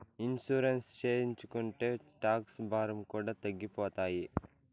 insurance చేయించుకుంటే tax భారం కూడా తగ్గిపోతాయి